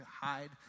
hide